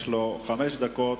יש לו חמש דקות